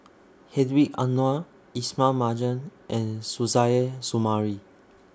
Hedwig Anuar Ismail Marjan and Suzairhe Sumari